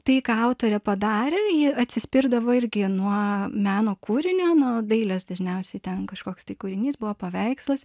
tai ką autorė padarė ji atsispirdavo irgi nuo meno kūrinio nuo dailės dažniausiai ten kažkoks tai kūrinys buvo paveikslas